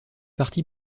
parti